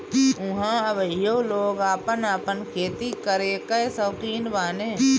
ऊहाँ अबहइयो लोग आपन आपन खेती करे कअ सौकीन बाने